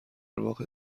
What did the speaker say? واقع